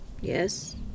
Yes